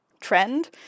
trend